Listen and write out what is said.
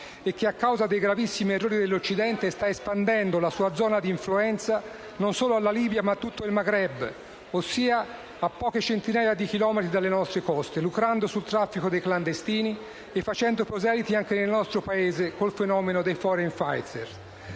e che, a causa dei gravissimi errori dell'Occidente, sta espandendo la sua zona di influenza non solo alla Libia, ma a tutto il Maghreb, ossia a poche centinaia di chilometri dalle nostre coste, lucrando sul traffico dei clandestini e facendo proseliti anche nel nostro Paese col fenomeno dei *foreign fighters*.